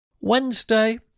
Wednesday